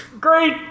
Great